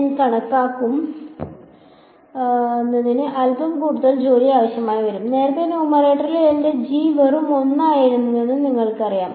N കണക്കാക്കുന്നതിന് അൽപ്പം കൂടുതൽ ജോലി ആവശ്യമായി വരും നേരത്തെ ന്യൂമറേറ്ററിൽ എന്റെ ജി വെറും 1 ആയിരുന്നുവെന്ന് നിങ്ങൾക്കറിയാം